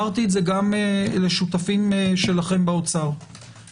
האוצר אמרתי את זה גם לשותפים שלכם באוצר - יכול